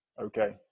okay